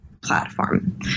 platform